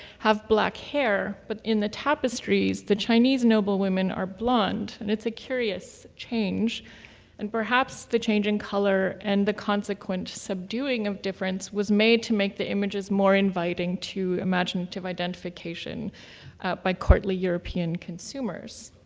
have black hair but in the tapestries, the chinese noble women are blonde. and it's a curious change and perhaps the change in color and the consequent subduing of difference was made to make the images more inviting to imaginative identification by courtly european consumers.